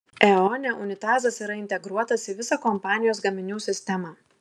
eone unitazas yra integruotas į visą kompanijos gaminių sistemą